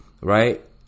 right